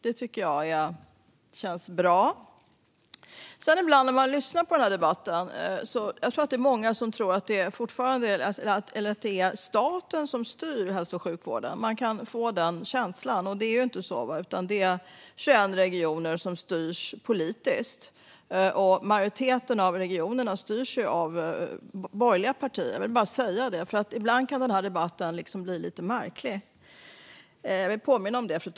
Det tycker jag känns bra. Det verkar som om många tror att det är staten som styr över hälso och sjukvården. Man kan få den känslan i debatten här. Men det är ju inte så, utan det är 21 regioner som styrs politiskt. Majoriteten av regionerna styrs av borgerliga partier. Jag vill bara säga det, för ibland blir debatten lite märklig.